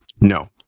No